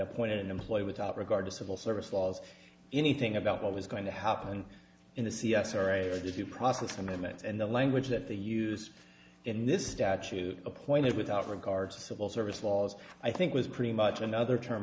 appoint an employer without regard to civil service laws anything about what was going to happen in the c s or a if you process amendments and the language that they use in this statute appointed without regard to civil service laws i think was pretty much another term